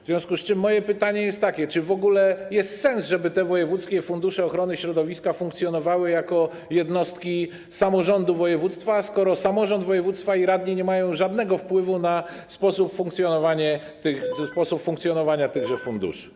W związku z czym moje pytanie jest takie: Czy w ogóle jest sens, żeby te wojewódzkie fundusze ochrony środowiska funkcjonowały jako jednostki samorządu województwa, skoro samorząd województwa i radni nie mają żadnego wpływu na sposób funkcjonowania tychże funduszy?